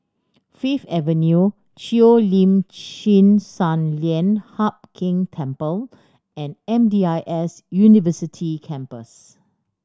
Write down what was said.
Fifth Avenue Cheo Lim Chin Sun Lian Hup Keng Temple and M D I S University Campus